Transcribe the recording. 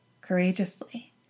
courageously